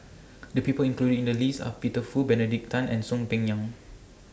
The People included in The list Are Peter Fu Benedict Tan and Soon Peng Yam